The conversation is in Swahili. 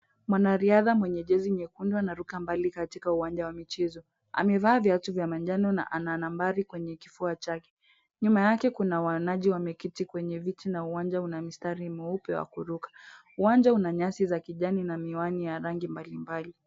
Mwanariadha mwenye jezi nyekundu anaruka mbali katika uwanja wa michezo. Amevaa viatu vya manjano na ana nambari kwenye kifua chake. Nyuma yake kuna waanaji wameketi kwenye viti na uwanja una mistari mweupe wa kuruka. Uwanja una nyasi za kijani na miwani ya rangi mbalimbali.